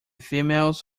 females